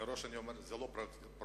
מראש שהשאלה היא לא פרובוקטיבית,